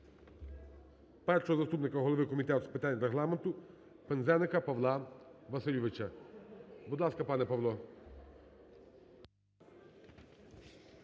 першого заступника голови Комітету з питань Регламенту Пинзеника Павла Васильовича. Будь ласка, пане Павло.